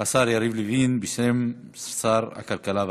השר יריב לוין, בשם שר הכלכלה והתעשייה.